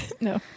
No